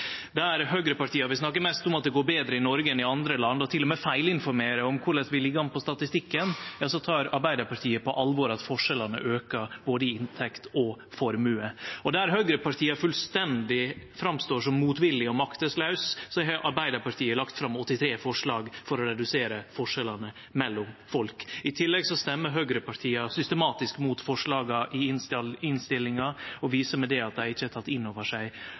Der høgrepartia vil snakke mest om at det går betre i Noreg enn i andre land, og til og med feilinformerer om korleis vi ligg an på statistikken, tek Arbeidarpartiet på alvor at forskjellane aukar, både i inntekt og formue. Og der høgrepartia fullstendig står fram som motvillige og makteslause, har Arbeidarpartiet lagt fram 83 forslag for å redusere forskjellane mellom folk. I tillegg stemmer høgrepartia systematisk imot forslaga i innstillinga og viser med det at dei ikkje har teke inn over seg